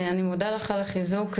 אני מודה לך על החיזוק.